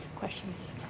questions